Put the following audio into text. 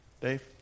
Dave